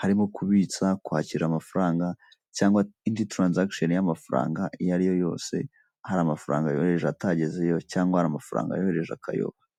harimo kubitsa, kwakira amafaranga cyangwa indi taransagishoni y'amafaranga iyo ari yo yose, hari amafaranga yohereje atagezeyo cyangwa hari amafaranga yohereje akayoba.